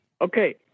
Okay